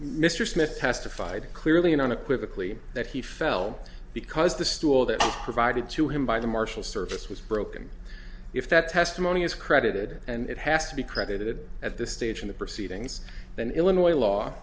mr smith testified clearly and unequivocally that he fell because the stool that provided to him by the marshal service was broken if that testimony is credited and it has to be credited at this stage in the proceedings than illinois law